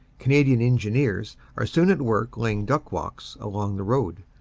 canadian engineers are soon at work laying duck-walks along the road,